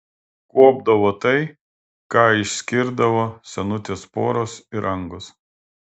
kuopdavo tai ką išskirdavo senutės poros ir angos